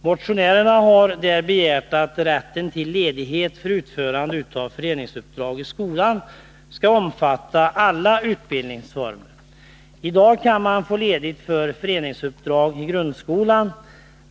Motionärerna har begärt att rätten till ledighet för utförande av föreningsuppdrag i skolan skall omfatta alla utbildningsformer. I dag kan man få ledigt för föreningsuppdrag i grundskolan.